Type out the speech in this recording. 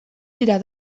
dira